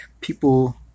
people